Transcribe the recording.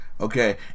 Okay